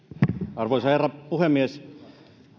arvoisa herra puhemies oli